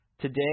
Today